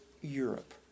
Europe